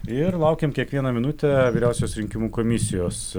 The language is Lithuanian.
ir laukiam kiekvieną minutę vyriausios rinkimų komisijos